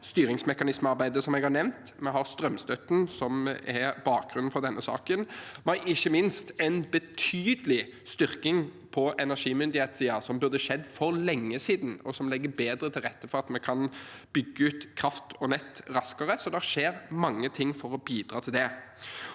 har nevnt, vi har strømstøtten, som er bakgrunnen for denne saken, og vi har ikke minst en betydelig styrking på energimyndighetssiden, som burde skjedd for lenge siden, og som legger bedre til rette for at vi kan bygge ut kraft og nett raskere. Så det skjer mange ting for å bidra til det.